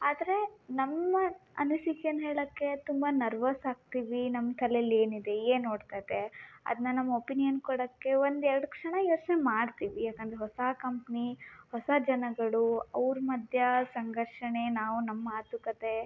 ಆದರೆ ನಮ್ಮ ಅನಿಸಿಕೆಯನ್ನು ಹೇಳಕ್ಕೆ ತುಂಬ ನರ್ವಸ್ ಆಗ್ತೀವಿ ನಮ್ಮ ತಲೇಲಿ ಏನಿದೆ ಏನು ಓಡ್ತದೆ ಅದನ್ನ ನಮ್ಮ ಒಪಿನಿಯನ್ ಕೊಡೋಕ್ಕೆ ಒಂದು ಎರಡು ಕ್ಷಣ ಯೋಚನೆ ಮಾಡ್ತೀವಿ ಯಾಕೆಂದ್ರೆ ಹೊಸ ಕಂಪ್ನಿ ಹೊಸ ಜನಗಳು ಅವ್ರ ಮಧ್ಯ ಸಂಘರ್ಷಣೆ ನಾವು ನಮ್ಮ ಮಾತುಕತೆ